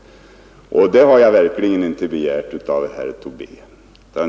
Det har jag verkligen inte begärt av herr Tobé.